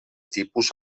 tipus